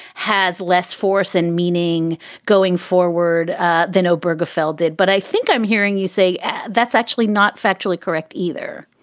has less force and meaning going forward than oberg afl did. but i think i'm hearing you say that's that's actually not factually correct either